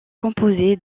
composé